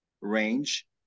range